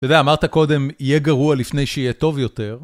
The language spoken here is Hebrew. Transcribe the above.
וזה, אמרת קודם, יהיה גרוע לפני שיהיה טוב יותר.